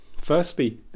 Firstly